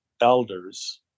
elders